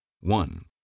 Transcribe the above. One